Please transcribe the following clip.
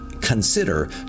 consider